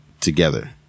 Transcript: together